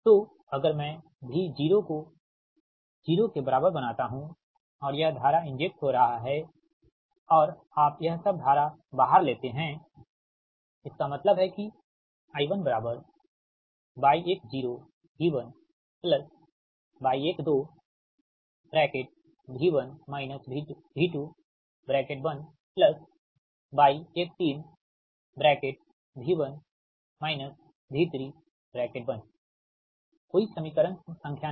तो अगर मैं V0 को 0 के बराबर बनाता हूं और यह धारा इंजेक्ट हो रहा है और आप यह सब धारा बाहर लेते हैं इसका मतलब है कि कोई समीकरण संख्या नहीं